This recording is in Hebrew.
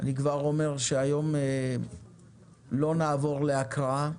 אני כבר אומר שהיום לא נעבור להקראה.